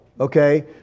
okay